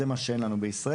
וזה מה שאין לנו בישראל.